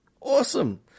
Awesome